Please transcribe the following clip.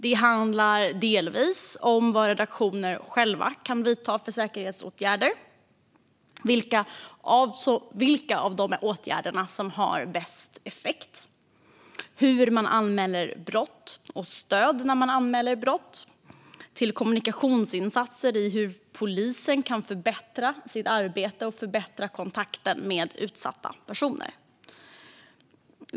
Det handlar delvis om vad redaktioner själva kan vidta för säkerhetsåtgärder, vilka av åtgärderna som har bäst effekt, hur man anmäler brott och stöd när man anmäler brott. Det handlar om kommunikationsinsatser och hur polisen kan förbättra sitt arbete och förbättra kontakten med utsatta personer.